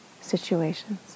situations